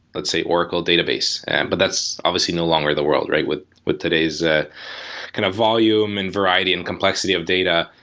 let's say, oracle database, and but that's obviously no longer the world. with with today's ah kind of volume and variety and complexity of data,